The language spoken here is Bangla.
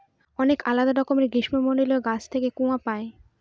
অনেক আলাদা রকমের গ্রীষ্মমন্ডলীয় গাছ থেকে কূয়া পাই